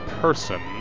person